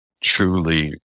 truly